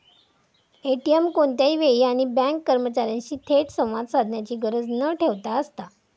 ATM कोणत्याही वेळी आणि बँक कर्मचार्यांशी थेट संवाद साधण्याची गरज न ठेवता असता